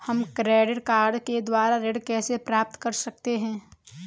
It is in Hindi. हम क्रेडिट कार्ड के द्वारा ऋण कैसे प्राप्त कर सकते हैं?